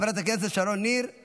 חברת הכנסת נעמה לזימי,